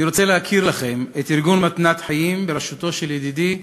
אני רוצה להכיר לכם את ארגון "מתנת חיים" בראשות ידידי